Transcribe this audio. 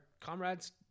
comrades